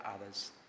others